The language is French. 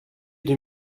deux